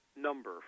number